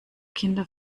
kinder